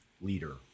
leader